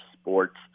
sports